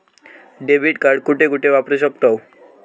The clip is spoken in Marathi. डेबिट कार्ड कुठे कुठे वापरू शकतव?